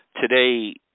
Today